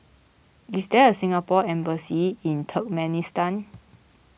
is there a Singapore Embassy in Turkmenistan